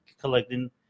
collecting